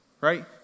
Right